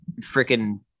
freaking